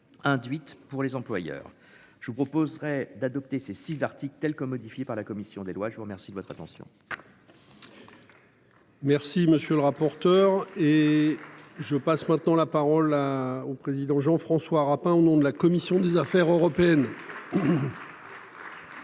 Induite pour les employeurs. Je vous proposerai d'adopter ces six Arctique, telle que modifiée par la commission des lois. Je vous remercie de votre attention. Merci monsieur le rapporteur. Et je passe maintenant la parole à au président Jean-François Rapin, au nom de la commission des affaires européennes.